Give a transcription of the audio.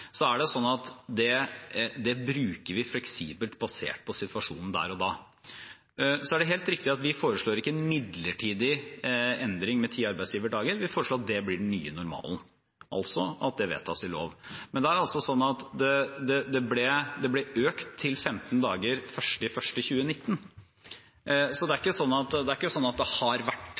bruker vi fleksibelt basert på situasjonen der og da. Så er det helt riktig at vi ikke foreslår en midlertidig endring med ti arbeidsgiverdager, vi foreslår at det blir den nye normalen – altså at det vedtas i lov. Men det ble økt til femten dager 1. januar 2019. Så det er ikke sånn at det har vært femten dager i uminnelige tider, og det nå plutselig blir ti dager.